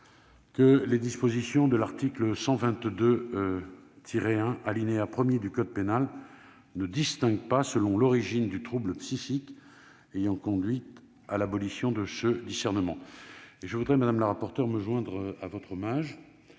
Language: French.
que les dispositions de l'article 122-1, premier alinéa, du code pénal ne distinguent pas selon l'origine du trouble psychique ayant conduit à l'abolition de ce discernement ». Je voudrais d'ailleurs me joindre à votre hommage,